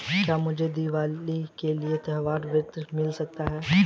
क्या मुझे दीवाली के लिए त्यौहारी ऋण मिल सकता है?